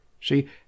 see